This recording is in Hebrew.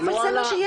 אבל זה מה שיש לנו.